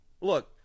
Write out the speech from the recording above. Look